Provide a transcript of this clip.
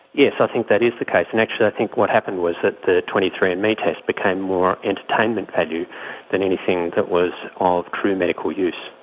yes, i think that is the case, and actually i think what happened was that the twenty three andme test became more entertainment value than anything that was of true medical use.